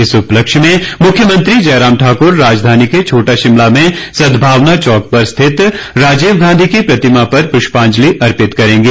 इस उपलक्ष्य में मुख्यमंत्री जयराम ठाकुर राजधानी के छोटा शिमला में सदभावना चौक पर स्थित राजीव गांधी की प्रतिमा पर पुष्पांजलि अर्पित करेंगे